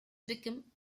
become